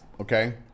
Okay